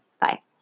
Bye